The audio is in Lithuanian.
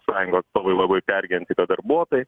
sąjungų atstovai labai pergyvena kad darbuotojai